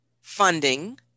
funding